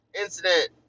Incident